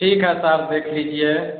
ठीक है सर देख लीजिए